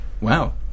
Wow